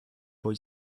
boy